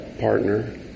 partner